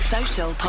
Social